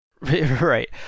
Right